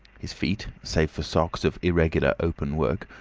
his feet, save for socks of irregular open-work,